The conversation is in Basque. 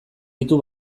ditu